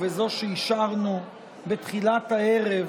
ובזו שאישרנו בתחילת הערב,